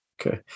Okay